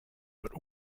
but